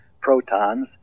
protons